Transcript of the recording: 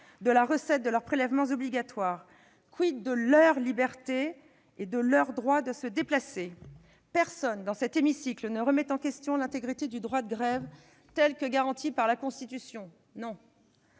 de la recette de leurs prélèvements obligatoires. de leur liberté et de leur droit de se déplacer ? Personne dans cet hémicycle ne remet en question l'intégrité du droit de grève, tel qu'il est garanti par la Constitution. Si